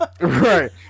Right